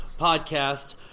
podcast